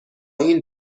این